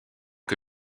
que